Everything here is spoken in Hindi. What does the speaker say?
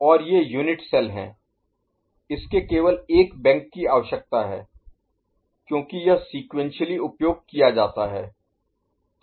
और ये यूनिट सेल हैं इसके केवल एक बैंक की आवश्यकता है क्योंकि यह सीक्वेंशियली उपयोग किया जाता है